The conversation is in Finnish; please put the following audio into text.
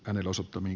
kiitos